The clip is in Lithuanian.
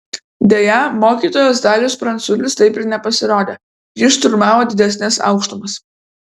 deja mokytojas dalius pranculis taip ir nepasirodė jis šturmavo didesnes aukštumas